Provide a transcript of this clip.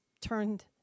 turned